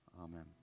Amen